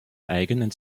eigenen